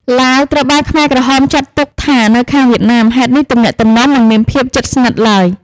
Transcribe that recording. ឡាវត្រូវបានខ្មែរក្រហមចាត់ទុកថានៅខាងវៀតណាម ហេតុនេះទំនាក់ទំនងមិនមានភាពជិតស្និទ្ធឡើយ។